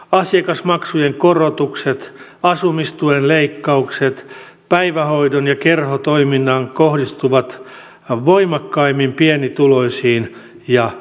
asiakasmaksujen korotukset asumistuen leikkaukset sekä päivähoidon ja kerhotoiminnan leikkaukset kohdistuvat voimakkaimmin pienituloisiin ja perheisiin